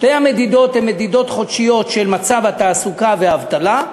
שתי המדידות הן מדידות חודשיות של מצב התעסוקה והאבטלה.